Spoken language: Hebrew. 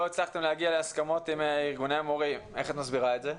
לא הצלחתם להגיע להסכמות עם ארגוני המורים איך את מסבירה את זה?